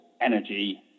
energy